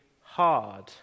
hard